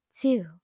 two